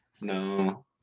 no